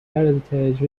heritage